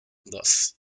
thus